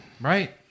Right